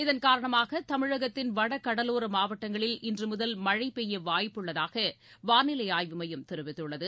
இதன் காரணமாக தமிழகத்தின் வடகடலோர மாவட்டங்களில் இன்று முதல் மழை பெய்ய வாய்ப்புள்ளதாக வானிலை ஆய்வு மையம் தெரிவித்துள்ளது